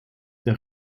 der